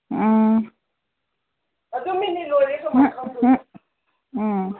ꯎꯝ ꯎꯝ